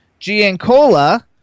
Giancola